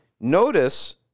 notice